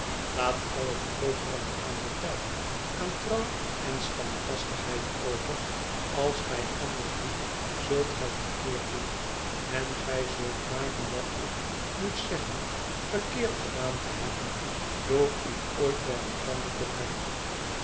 laat al het overige aan den tijd aan trouw en standvastigheid over als gij anders doet zult gij verkeerd doen en gij zult maken dat ik moet zeggen verkeerd gedaan te hebben door u ooit bij elkander te brengen